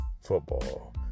football